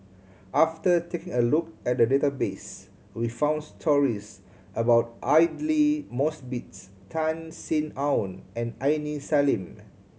after taking a look at the database we found stories about Aidli Mosbit Tan Sin Aun and Aini Salim